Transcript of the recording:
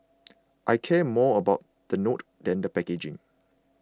I care more about the note than the packaging